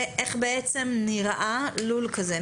איך נראה לול כזה?